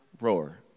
roar